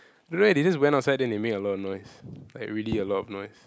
don't know eh they just went outside then they make a lot of noise like really a lot of noise